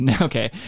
Okay